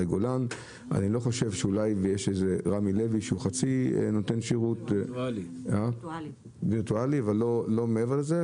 אולי גולן ויש את רמי לוי שהוא נותן שירות וירטואלי ולא מעבר לזה.